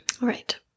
Right